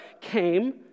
came